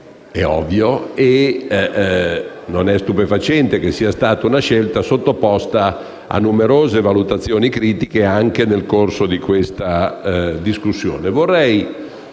è ovvio - e non è stupefacente che sia stata una scelta sottoposta a numerose valutazioni critiche anche nel corso di questa discussione.